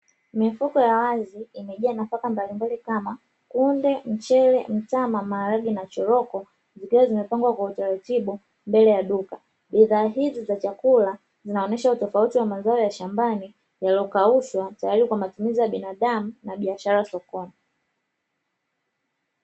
Mifuko ya wazi imejaa nafaka mbalimbali kama kunde, mchele, mtama, maharage na choroko zikiwa zimepangwa kwa utaratibu mbele ya duka, bidhaa hizi za chakula zinaonyesha utofauti wa mazao ya shambani yaliyokaushwa tayari kwa matumizi ya binadamu na biashara sokoni.